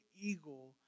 eagle